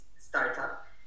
startup